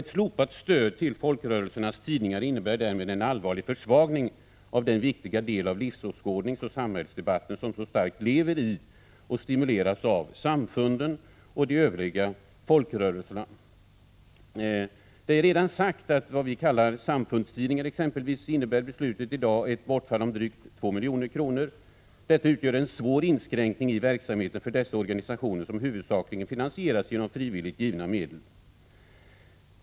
Ett slopat stöd till folkrörelsernas tidningar innebär därmed en allvarlig försvagning av den viktiga del av livsåskådningsoch samhällsdebatten, som så starkt lever i och stimuleras av samfunden och de övriga folkrörelserna. Det har redan sagts att för det vi kallar samfundstidningar innebär beslutet i dag ett bortfall om drygt 2 milj.kr. Detta utgör en svår inskränkning i verksamheten för dessa organisationer, som huvudsakligen finansieras genom frivilligt givna medel.